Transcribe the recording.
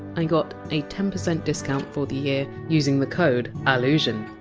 i got a ten percent discount for the year using the code allusion.